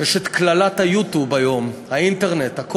אני מכירה במידה מסוימת את עם ישראל ומאמינה שהרוב